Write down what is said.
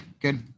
good